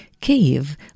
Kiev